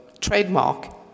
trademark